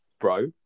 bro